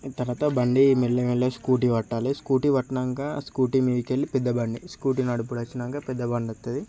తర్వాత బండి మెల్లమెల్లగా స్కూటీ పట్టాలి స్కూటీ పట్టినాక స్కూటీ మీదికి వెళ్ళి పెద్ద బండి స్కూటీ నడుపుడు వచ్చినాక పెద్ద బండి వత్తది